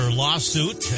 lawsuit